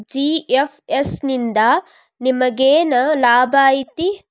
GFS ನಿಂದಾ ನಮೆಗೆನ್ ಲಾಭ ಐತಿ?